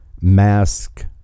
mask